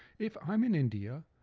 if i'm in india,